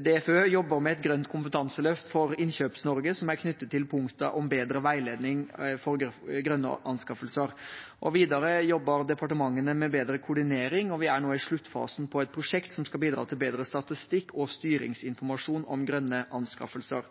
DFØ jobber med et grønt kompetanseløft for Innkjøps-Norge, som er knyttet til punktet om bedre veiledning for grønne anskaffelser. Videre jobber departementene med bedre koordinering, og vi er nå i sluttfasen på et prosjekt som skal bidra til bedre statistikk og styringsinformasjon om grønne anskaffelser.